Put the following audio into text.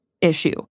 issue